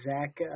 Zach